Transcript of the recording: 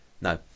No